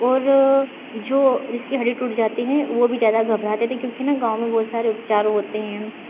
और जो जिसकी हड्डी टूट जाती है वो भी ज़्यादा घबराते नहीं क्योंकि ना गाँव में बहुत सारे उपचार होते हैं